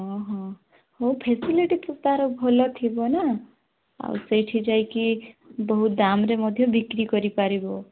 ଅ ହଁ ହଉ ଫ୍ୟାସିଲିଟି ତ ତାର ଭଲ ଥିବ ନା ଆଉ ସେଇଠି ଯାଇକି ବହୁତ ଦାମରେ ମଧ୍ୟ ବିକ୍ରୀ କରିପାରିବ